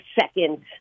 second